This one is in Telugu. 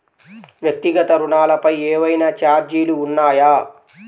వ్యక్తిగత ఋణాలపై ఏవైనా ఛార్జీలు ఉన్నాయా?